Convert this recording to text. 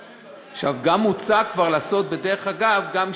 עכשיו, מוצע כבר לעשות, בדרך אגב, גם שינוי,